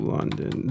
London